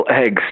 eggs